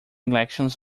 elections